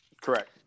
Correct